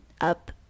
up